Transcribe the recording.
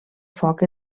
foc